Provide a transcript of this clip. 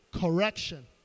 correction